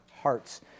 hearts